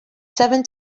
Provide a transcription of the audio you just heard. seven